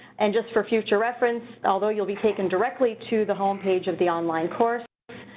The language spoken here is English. and just for future reference, although you'll be taken directly to the homepage of the online course,